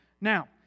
Now